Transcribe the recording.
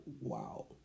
Wow